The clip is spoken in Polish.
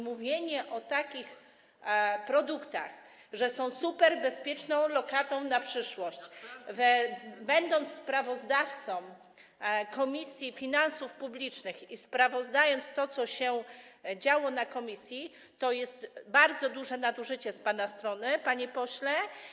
Mówienie o takich produktach, że są superbezpieczną lokatą na przyszłość, będąc sprawozdawcą Komisji Finansów Publicznych i sprawozdając to, co się działo w komisji, to bardzo duże nadużycie z pana strony, panie pośle.